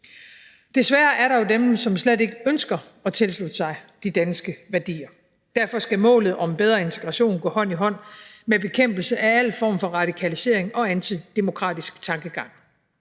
Desværre er der jo dem, der slet ikke ønsker at tilslutte sig de danske værdier. Derfor skal målet om bedre integration gå hånd i hånd med bekæmpelsen af al form for radikalisering og antidemokratisk tankegang.